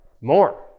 More